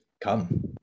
come